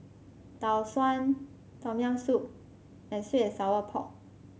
Tau Suan Tom Yam Soup and sweet and Sour Pork